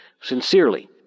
Sincerely